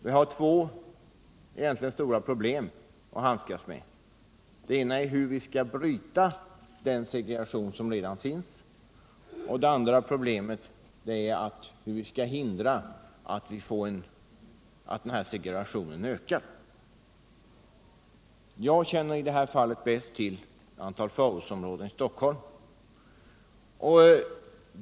Vi har två stora problem att handskas med på detta område: det ena är hur vi skall bryta den segregation som redan finns, det andra är hur vi skall hindra att segregationen ökar. Jag känner bäst till ett antal förortsområden i Stockholm.